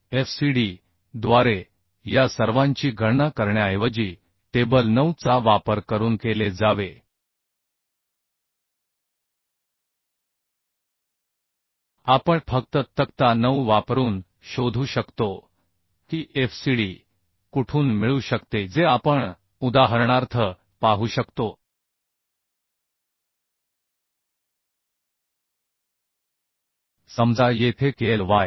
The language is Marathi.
FCD द्वारे या सर्वांची गणना करण्याऐवजी टेबल 9 चा वापर करून केले जावे आपण फक्त तक्ता 9 वापरून शोधू शकतो की FCD कुठून मिळू शकते जे आपण उदाहरणार्थ पाहू शकतो समजा येथे KLy